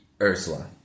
Ursula